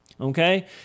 Okay